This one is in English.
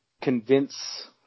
convince